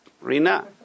Rina